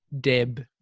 Deb